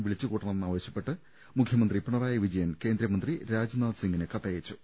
വിളിച്ചുകൂട്ടണമെന്നാവശ്യപ്പെട്ട് മുഖ്യമന്ത്രി പിണറായി വിജയൻ കേന്ദ്രമന്ത്രി രാജ്നാഥ്സിംഗിന് കത്തയച്ചു